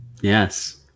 Yes